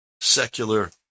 secular